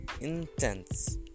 intense